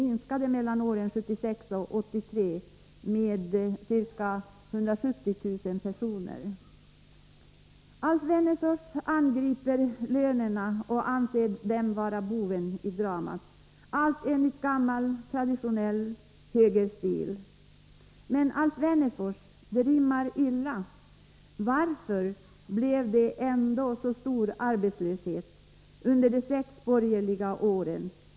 Från 1976 till 1983 minskade industrisysselsättningen med 170 000 personer. Alf Wennerfors angrep lönerna och ansåg dem vara boven i dramat — allt i gammal traditionell högerstil. Men, Alf Wennerfors, det rimmar illa. Varför blev det ändå så stor arbetslöshet under de sex borgerliga åren?